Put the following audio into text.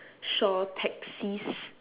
shore taxis